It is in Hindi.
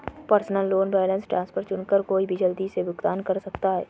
पर्सनल लोन बैलेंस ट्रांसफर चुनकर कोई भी जल्दी से भुगतान कर सकता है